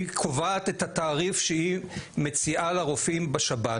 היא קובעת את התעריף שהיא מציעה לרופאים בשב"ן.